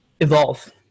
evolve